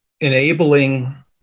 enabling